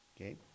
Okay